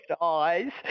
eyes